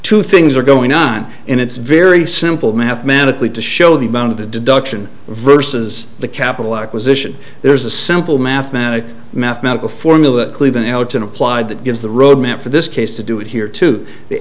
two things are going on and it's very simple mathematically to show the amount of the deduction versus the capital acquisition there's a simple mathematical mathematical formula cleaving elton applied that gives the roadmap for this case to do it here to the